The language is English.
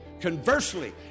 Conversely